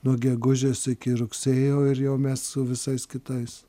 nuo gegužės iki rugsėjo ir jau mes su visais kitais